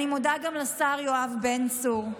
אני מודה גם לשר יואב בן צור,